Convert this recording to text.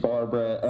Barbara